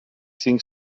cinc